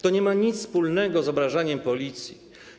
To nie ma nic wspólnego z obrażaniem Policji.